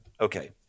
okay